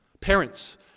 Parents